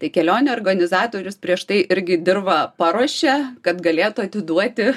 tai kelionių organizatorius prieš tai irgi dirvą paruošia kad galėtų atiduoti